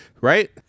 right